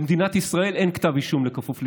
למדינת ישראל אין כתב אישום כפוף לשימוע.